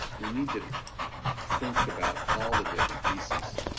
we need to think about all the different pieces.